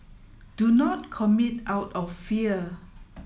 do not commit out of fear